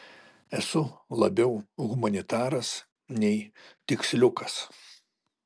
esu labiau humanitaras nei tiksliukas